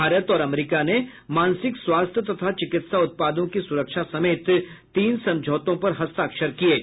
भारत और अमरीका ने मानसिक स्वास्थ्य तथा चिकित्सा उत्पादों की सुरक्षा समेत तीन समझौतों पर हस्ताक्षर किये हैं